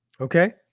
okay